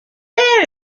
there